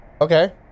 Okay